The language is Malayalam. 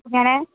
എങ്ങനെ